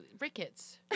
rickets